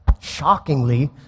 Shockingly